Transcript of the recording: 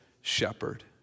shepherd